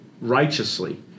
righteously